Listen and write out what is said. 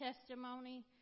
testimony